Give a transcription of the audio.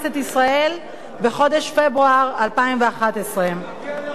בחודש פברואר 2011. מגיעה לך על זה ברכה.